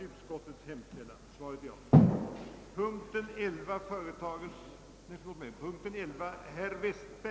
Därför återstår bara det alternativ som tidigare har nämnts.